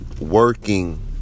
working